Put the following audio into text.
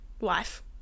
life